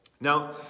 Now